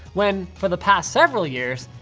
when for the past several years,